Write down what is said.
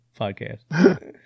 podcast